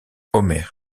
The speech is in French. homer